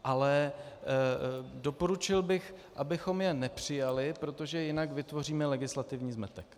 Ale doporučil bych, abychom je nepřijali, protože jinak vytvoříme legislativní zmetek.